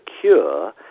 cure